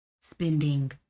Spending